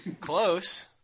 Close